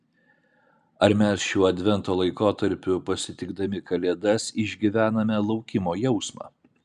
ar mes šiuo advento laikotarpiu pasitikdami kalėdas išgyvename laukimo jausmą